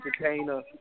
entertainer